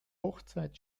hochzeit